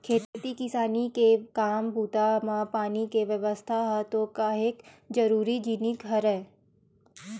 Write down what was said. खेती किसानी के काम बूता म पानी के बेवस्था ह तो काहेक जरुरी जिनिस हरय